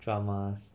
dramas